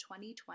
2020